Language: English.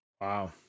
Wow